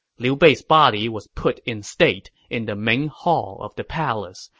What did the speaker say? liu bei's body was put in state in the main hall of the palace,